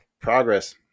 progress